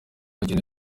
imikino